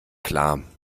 klar